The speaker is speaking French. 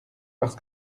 parce